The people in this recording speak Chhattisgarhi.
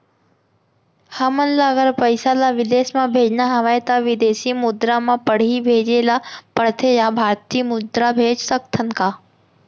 हमन ला अगर पइसा ला विदेश म भेजना हवय त विदेशी मुद्रा म पड़ही भेजे ला पड़थे या भारतीय मुद्रा भेज सकथन का?